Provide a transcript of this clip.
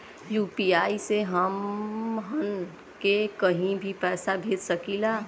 UPI से हमहन के कहीं भी पैसा भेज सकीला जा?